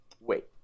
wait